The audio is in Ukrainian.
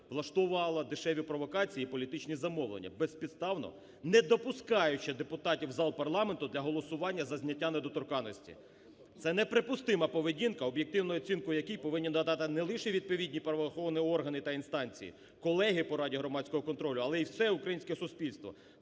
влаштувала дешеві провокації і політичні замовлення, безпідставно не допускаючи депутатів в зал парламенту для голосування за зняття недоторканності. Це неприпустима поведінка, об'єктивну оцінку якій повинні дати не лише відповідні правоохоронні органи та інстанції, колеги по Раді громадського контролю, але і все українське суспільство.